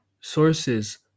sources